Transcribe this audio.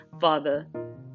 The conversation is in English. father